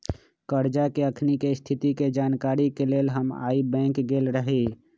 करजा के अखनीके स्थिति के जानकारी के लेल हम आइ बैंक गेल रहि